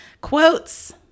Quotes